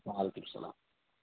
وعلیکُم اَسلام